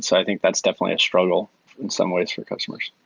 so i think that's definitely a struggle in some ways for customers.